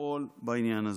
לפעול בעניין הזה.